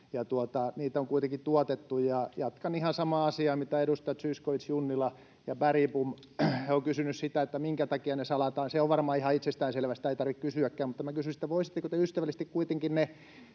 Niitä on kuitenkin tuotettu, ja jatkan ihan samaa asiaa kuin edustajat Zyskowicz, Junnila ja Bergbom. He ovat kysyneet, minkä takia ne salataan, ja se on varmaan ihan itsestään selvää ja sitä ei tarvitse kysyäkään, mutta kysyisin, voisitteko te ystävällisesti kuitenkin ne